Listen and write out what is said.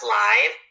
live